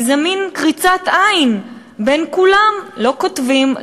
כי זה מין קריצת עין בין כולם: לא כותבים,